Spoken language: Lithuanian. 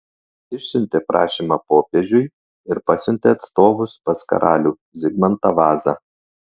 išsiuntė prašymą popiežiui ir pasiuntė atstovus pas karalių zigmantą vazą